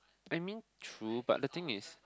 I mean true but the thing is